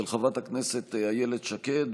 של חברת הכנסת איילת שקד,